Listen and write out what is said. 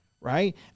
right